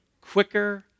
quicker